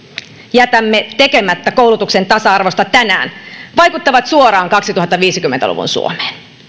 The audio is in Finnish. jätämme tekemättä koulutuksen tasa arvosta tänään vaikuttavat suoraan kaksituhattaviisikymmentä luvun suomeen